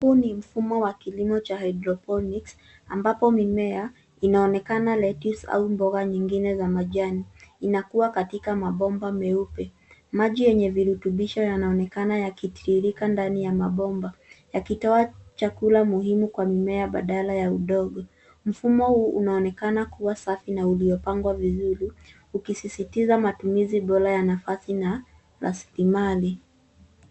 Huu ni mfumo wa kilimo cha hydrophonic ambapo mimea inaonekana lettuce au boga nyingine za majani, inakuwa katika mabomba meupe maji yenye virutubisho yanaonekana yakitiririka ndani ya mabomba yakitoa chakula muhimu kwa mimea badala ya udongo. Mfumo huu unaonekana kuwa safi na uliopangwa vizuri ukisistiza matumizi bora ya nafadhi na rasilimali.